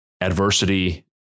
adversity